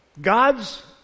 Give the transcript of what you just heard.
God's